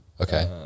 Okay